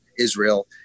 Israel